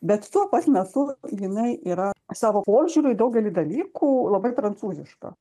bet tuo pat metu jinai yra savo požiūrį į daugelį dalykų labai prancūziška